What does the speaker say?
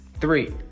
Three